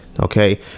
okay